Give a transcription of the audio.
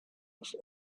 was